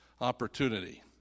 opportunity